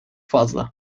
fazla